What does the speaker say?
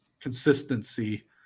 consistency